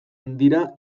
dira